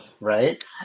right